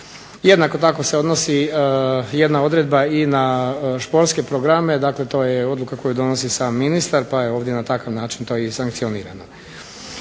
Jednako tako se odnosi jedna odredbe i na športske programe, dakle to je odluka koje donosi sam ministar pa je ovdje to na takav način i sankcionirano.